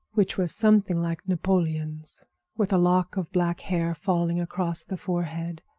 which was something like napoleon's with a lock of black hair failing across the forehead.